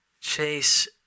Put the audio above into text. Chase